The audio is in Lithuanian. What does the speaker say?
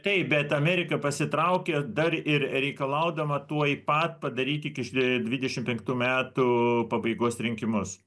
taip bet amerika pasitraukia dar ir reikalaudama tuoj pat padaryti iki dvidešimt penktų metų pabaigos rinkimus